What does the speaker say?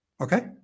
Okay